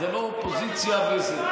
זה לא אופוזיציה וזה,